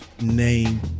name